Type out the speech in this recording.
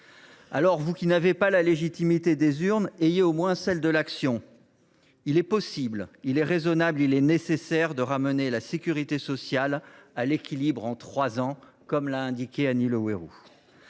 chers collègues de la majorité sénatoriale, ayez au moins celle de l’action. Il est possible, il est raisonnable, il est nécessaire de ramener la sécurité sociale à l’équilibre en trois ans, comme l’a indiqué Annie Le Houerou.